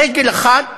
רגל אחת